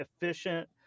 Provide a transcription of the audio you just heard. efficient